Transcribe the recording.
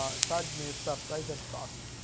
ah sadness, surprise and trust,